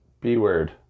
B-word